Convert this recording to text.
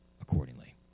accordingly